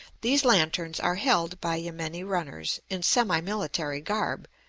these lanterns are held by yameni-runners in semi-military garb,